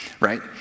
right